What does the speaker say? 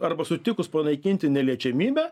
arba sutikus panaikinti neliečiamybę